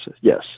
yes